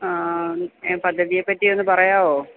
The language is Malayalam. ആ ഏ പദ്ധതിയെപറ്റി ഒന്ന് പറയാവോ